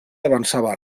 avançava